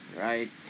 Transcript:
Right